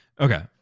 Okay